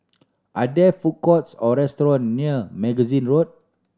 are there food courts or restaurant near Magazine Road